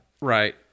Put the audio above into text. Right